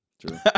True